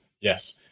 yes